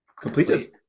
completed